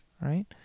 right